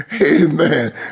Amen